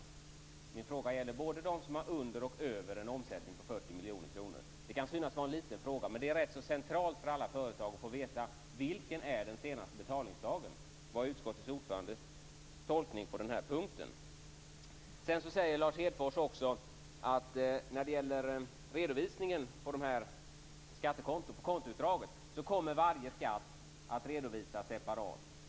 Min fråga gäller både dem med en omsättning över och under 40 miljoner kronor. Det kan synas vara en liten fråga, men det är rätt centralt för alla företag att få veta vilken som är den senaste betalningsdagen. Vad är utskottets ordförandes tolkning på den här punkten? Sedan säger Lars Hedfors att när det gäller redovisningen på kontoutdragen kommer varje skatt att redovisas separat.